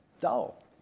dull